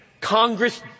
Congress